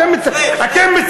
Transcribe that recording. אתם,